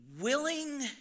willing